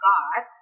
God